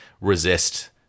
resist